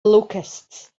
locusts